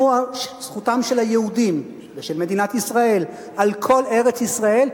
של היהודים ושל מדינת ישראל על כל ארץ-ישראל,